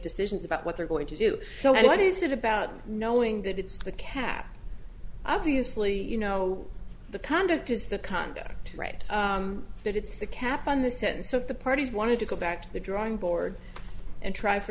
decisions about what they're going to do so what is it about knowing that it's the cap obviously you know the conduct is the conduct right that it's the cap on the sense of the parties wanted to go back to the drawing board and try for